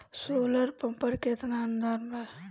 Solar pump पर केतना अनुदान बा?